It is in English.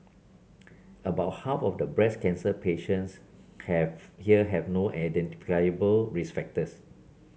about half of the breast cancer patients have here have no identifiable risk factors